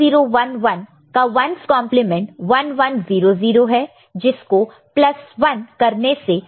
0 0 1 1 का 1's complement 1's complement 1 1 0 0 है जिसको प्लस 1 करने से 2's कंप्लीमेंट 2's complement मिलता है